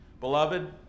Beloved